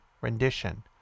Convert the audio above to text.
rendition